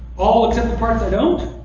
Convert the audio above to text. all except the parts i don't?